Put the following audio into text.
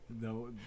No